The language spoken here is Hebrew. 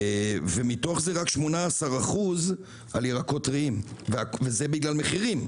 ומתוך זה רק 18% על ירקות טריים, וזה בגלל מחירים,